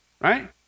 Right